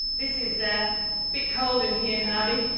this is a bit cold in here, harvey.